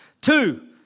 Two